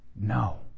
No